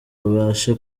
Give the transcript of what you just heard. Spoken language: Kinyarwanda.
abashe